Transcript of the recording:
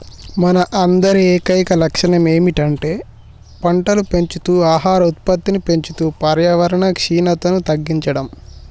మన అందరి ఏకైక లక్షణం ఏమిటంటే పంటలు పెంచుతూ ఆహార ఉత్పత్తిని పెంచుతూ పర్యావరణ క్షీణతను తగ్గించడం